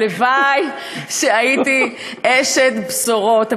הלוואי שהייתי אשת בשורות,